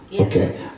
Okay